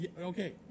Okay